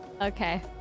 okay